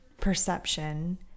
perception